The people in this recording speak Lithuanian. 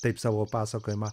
taip savo pasakojimą